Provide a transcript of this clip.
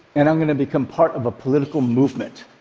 and i'm going to become part of a political movement.